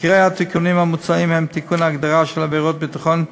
עיקרי התיקונים המוצעים הם: תיקון ההגדרה של עבירת ביטחון,